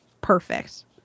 perfect